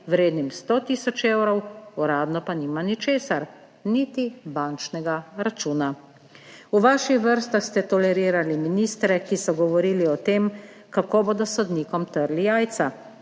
vrednim 100 tisoč evrov, uradno pa nima ničesar, niti bančnega računa. V vaših vrstah ste tolerirali ministre, ki so govorili o tem, kako bodo sodnikom trli jajca.